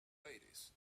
aires